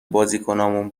بازیکنامون